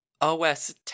OS